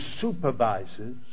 supervises